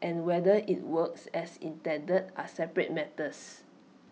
and whether IT works as intended are separate matters